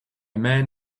man